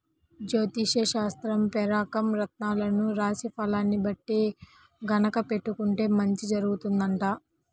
జ్యోతిష్యశాస్త్రం పెకారం రత్నాలను రాశి ఫలాల్ని బట్టి గనక పెట్టుకుంటే మంచి జరుగుతుందంట